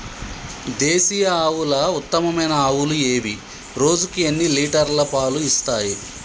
దేశీయ ఆవుల ఉత్తమమైన ఆవులు ఏవి? రోజుకు ఎన్ని లీటర్ల పాలు ఇస్తాయి?